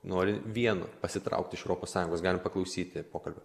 nori vieno pasitraukt iš europos sąjungos galim paklausyti pokalbio